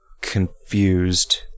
confused